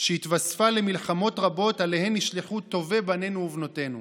שהתווספה למלחמות רבות שאליהן נשלחו טובי בנינו ובנותינו.